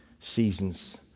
Seasons